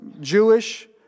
Jewish